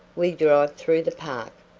we drive through the park,